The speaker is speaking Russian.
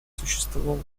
существовал